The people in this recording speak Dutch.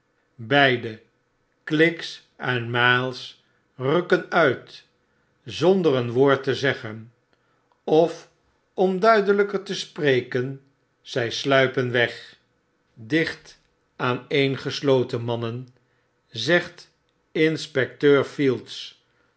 k e n u i t zonder een woord te zeggen of om duidelyker te spreken zij sluipen weg dicht aaneengesloten mannen zegt inspecteur field